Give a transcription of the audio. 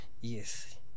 Yes